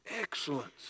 excellence